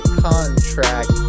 contract